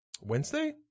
Wednesday